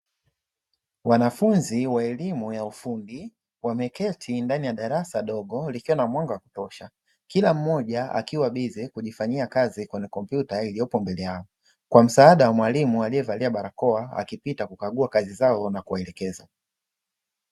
Wanafunzi wa elimu ya ufundi, wameketi ndani ya darasa dogo likiwa na mwanga wa kutosha kila mmoja akiwa bize kujifanyia kazi kwenye kompyuta iliyopo mbele yao kwa msaada wa mwalimu aliyevalia barakoa akipita kukagua kazi zao na kuwaelekeza.